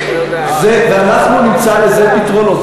ואנחנו נמצא לזה פתרונות.